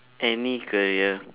any career